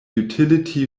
utility